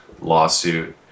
lawsuit